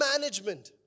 management